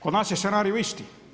Kod nas je scenario isti.